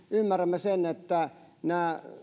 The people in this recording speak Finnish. ymmärrämme esimerkiksi sen että nämä